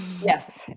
Yes